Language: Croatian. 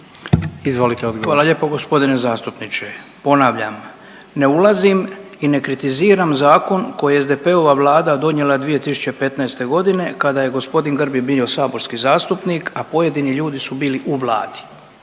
Hvala lijepo gospodine zastupniče, ponavljam ne ulazim i ne kritiziram zakon koji je SDP-ova vlada donijela 2015. godine kada je gospodin Grbin bio saborski zastupnik, a pojedini ljudi su bili u vladi.